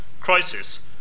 crisis